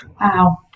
Wow